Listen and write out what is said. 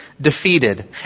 defeated